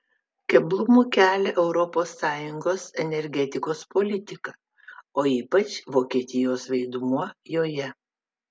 keblumų kelia europos sąjungos energetikos politika o ypač vokietijos vaidmuo joje